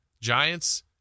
Giants